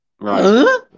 Right